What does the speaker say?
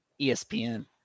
ESPN